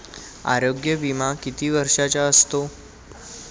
आरोग्य विमा किती वर्षांचा असतो?